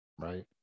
right